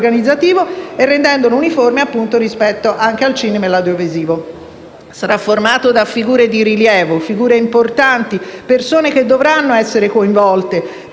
e rendendolo uniforme anche rispetto al cinema e all'audiovisivo. Sarà composto da figure di rilievo, figure importanti, persone che dovranno essere coinvolte,